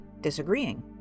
disagreeing